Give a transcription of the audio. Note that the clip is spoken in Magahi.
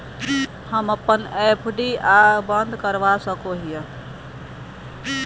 हम अप्पन एफ.डी आ बंद करवा सको हियै